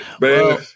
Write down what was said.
Man